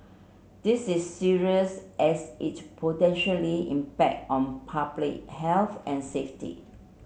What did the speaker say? this is serious as it potentially impact on public health and safety